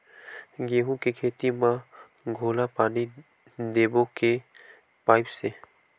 गेहूं के खेती म घोला पानी देबो के पाइप से?